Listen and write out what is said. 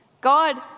God